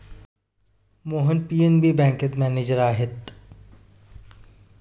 Mohan PNB बँकेत manager आहेत